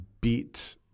beat